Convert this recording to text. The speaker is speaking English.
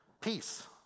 Peace